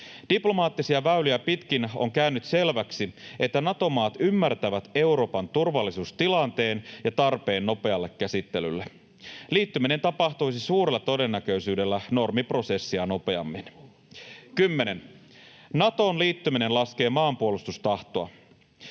Diplomaattisia väyliä pitkin on käynyt selväksi, että Nato-maat ymmärtävät Euroopan turvallisuustilanteen ja tarpeen nopealle käsittelylle. Liittyminen tapahtuisi suurella todennäköisyydellä normiprosessia nopeammin. 10) Natoon liittyminen laskee maanpuolustustahtoa.